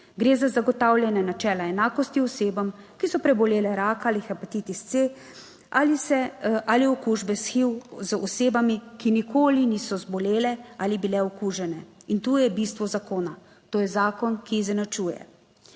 Gre za zagotavljanje načela enakosti osebam, ki so prebolele raka ali hepatitis C ali okužbe s HIV, z osebami, ki nikoli niso zbolele ali bile okužene in to je bistvo zakona. To je zakon, ki izenačuje.